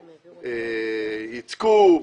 ייצקו,